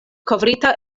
kovrita